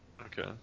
Okay